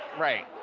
right,